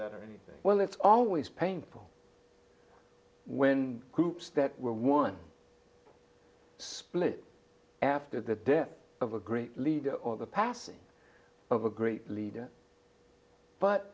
anything well that's always painful when groups that were one split after the death of a great leader or the passing of a great leader but